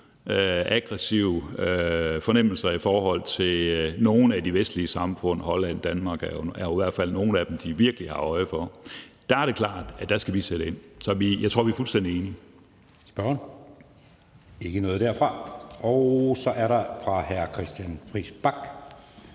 aggressive fornemmelser i forhold til nogle af de vestlige samfund – Holland og Danmark er jo i hvert fald nogle af dem, de virkelig har øje for – er det klart, at vi skal sætte ind. Så jeg tror, vi er fuldstændig enige.